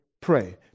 pray